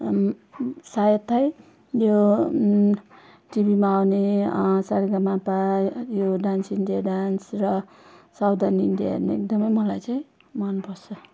सायद है यो टिभीमा आउने सारेगामापा यो डान्स इन्डिया डान्स र सावधान इन्डिया हेर्न एकदमै मलाई चाहिँ मनपर्छ